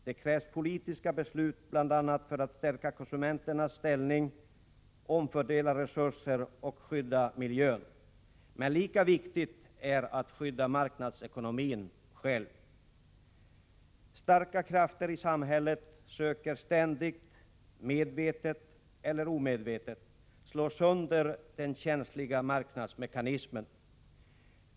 Det krävs politiska beslut bl.a. för att stärka konsumenternas ställning, omfördela resurser och skydda miljön. Men lika viktigt är att skydda marknadsekonomin själv. Starka krafter i samhället söker ständigt, medvetet eller omedvetet, slå sönder den känsliga marknadsmekanismen.